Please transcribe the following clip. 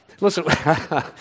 Listen